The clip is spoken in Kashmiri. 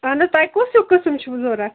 اہن حظ تۄہہِ کُس ہیٚو قٕسم چھُو ضروٗرت